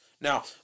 Now